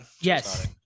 yes